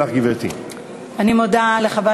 אני מודה לך, גברתי.